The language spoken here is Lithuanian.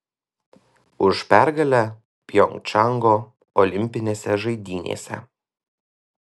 už pergalę pjongčango olimpinėse žaidynėse